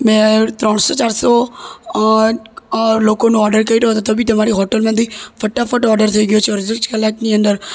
મેં ત્રણસો ચારસો લોકોનો ઓડર કર્યો હતો તો બી તમારી હોટલમાંથી ફટાફટ ઓડર થઈ ગયો છે અડધી જ કલાકની અંદર